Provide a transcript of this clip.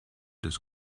des